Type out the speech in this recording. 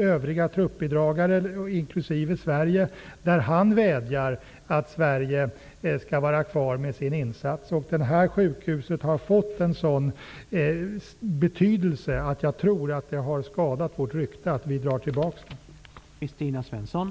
övriga truppbidragare, inklusive Sverige, där han vädjar att Sverige skall vara kvar med sin insats. Sjukhuset har fått en sådan betydelse att jag tror att det skadar vårt rykte att dra tillbaka det.